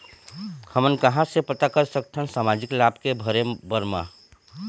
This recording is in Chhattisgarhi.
हमन कहां से पता कर सकथन सामाजिक लाभ के भरे बर मा?